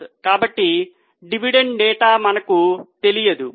కాబట్టి dividend data మనకు తెలియదు